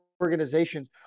organizations